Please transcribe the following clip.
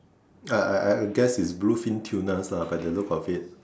I I I guess it's blue fin tuna lah by the look of it